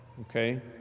okay